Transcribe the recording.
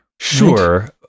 Sure